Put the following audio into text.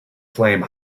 flame